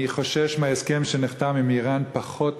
אני חושש מההסכם שנחתם עם איראן פחות